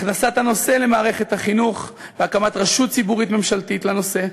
הכנסת הנושא למערכת החינוך והקמת רשות ציבורית ממשלתית לנושא,